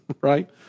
right